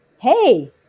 Hey